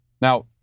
Now